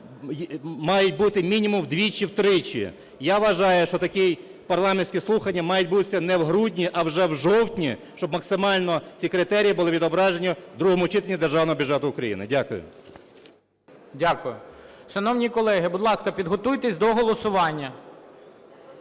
має бути мінімум вдвічі-втричі. Я вважаю, що такі парламентські слухання мають відбутися не в грудні, а вже в жовтні, щоб максимально ці критерії були відображені в другому читанні Державного бюджету України. Дякую. ГОЛОВУЮЧИЙ. Дякую. Шановні колеги, будь ласка, підготуйтесь до голосування.